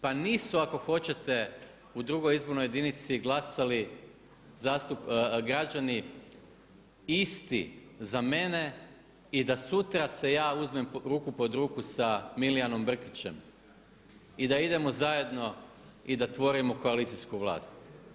Pa nisu ako hoćete u drugoj izbornoj jedinici glasali građani isti za mene i da su sutra se ja uzmem ruku pod ruku sa Milijanom Brkićem i da idemo zajedno i da tvorimo koalicijsku vlast.